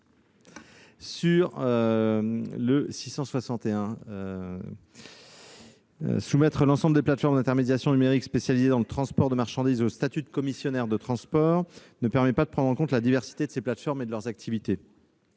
vise à soumettre l'ensemble des plateformes d'intermédiation numérique spécialisées dans le transport de marchandises au statut de commissionnaire de transport, ce qui ne permettrait pas de prendre en compte la diversité de leurs natures et de leurs activités.